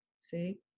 see